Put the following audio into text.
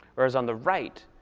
whereas on the right,